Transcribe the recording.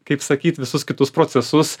kaip sakyt visus kitus procesus